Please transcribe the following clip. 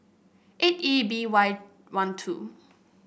eight E B Y one two